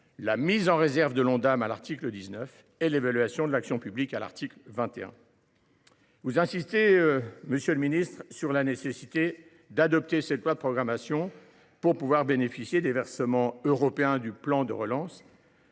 dépenses d’assurance maladie, à l’article 19, et l’évaluation de l’action publique, à l’article 21. Vous insistez, monsieur le ministre, sur la nécessité d’adopter ce projet de loi de programmation pour bénéficier des versements européens du plan de relance,